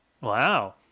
Wow